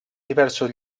diversos